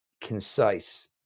concise